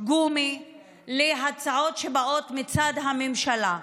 גומי להצעות שבאות מצד הממשלה.